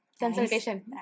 Consultation